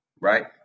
right